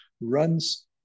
runs